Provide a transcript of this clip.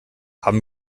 haben